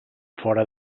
fora